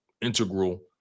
integral